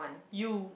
you